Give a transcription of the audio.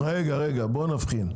בוא נבחין.